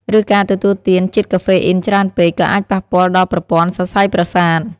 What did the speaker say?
ឬការទទួលទានជាតិកាហ្វេអ៊ីនច្រើនពេក ក៏អាចប៉ះពាល់ដល់ប្រព័ន្ធសរសៃប្រសាទ។